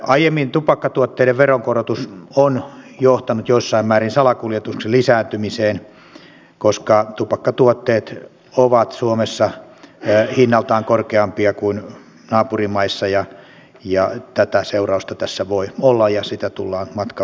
aiemmin tupakkatuotteiden veronkorotus on johtanut jossain määrin salakuljetuksen lisääntymiseen koska tupakkatuotteet ovat suomessa hinnaltaan korkeampia kuin naapurimaissa ja tätä seurausta tässä voi olla ja sitä tullaan matkan varrella arvioimaan